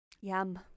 Yum